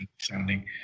sounding